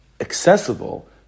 accessible